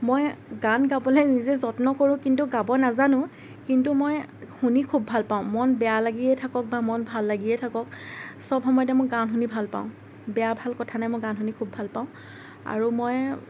মই গান গাবলৈ নিজে যত্ন কৰোঁ কিন্তু গাব নাজানোঁ কিন্তু মই শুনি খুব ভাল পাওঁ মন বেয়া লাগিয়ে থাকক বা মন ভাল লাগিয়ে থাকক সব সময়তে মই গান শুনি ভাল পাওঁ বেয়া ভাল কথা নাই মই গান শুনি খুব ভাল পাওঁ আৰু মই